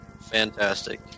fantastic